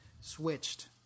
switched